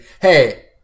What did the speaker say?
hey